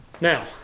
Now